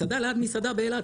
מסעדה ליד מסעדה באילת,